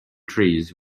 trees